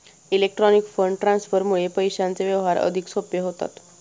electronic fund ट्रान्सफरमुळे पैशांचे व्यवहार अधिक सोपे होतात